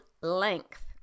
length